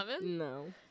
No